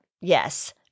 Yes